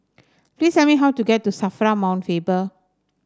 please tell me how to get to Safra Mount Faber